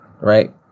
right